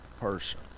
person